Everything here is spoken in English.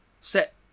set